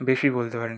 বেশি বলতে পারেন